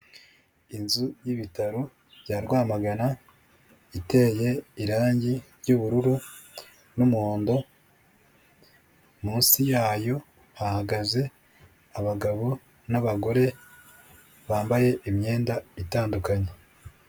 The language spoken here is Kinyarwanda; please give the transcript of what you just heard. Inzu y'ibitaro bya Rwamagana, iteye irangi ry'ubururu n'umuhondo, munsi yayo hahagaze abagabo n'abagore bambaye imyenda itandukanye.